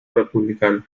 republicano